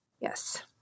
Yes